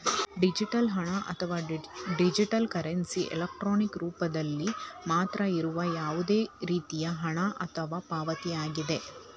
digital ಹಣ, ಅಥವಾ digital currency, electronic ರೂಪದಲ್ಲಿ ಮಾತ್ರ ಇರುವ ಯಾವುದೇ ರೇತಿಯ ಹಣ ಅಥವಾ ಪಾವತಿಯಾಗಿದೆ